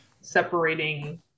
separating